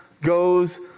goes